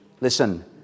listen